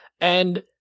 And-